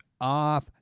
off